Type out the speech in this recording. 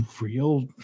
real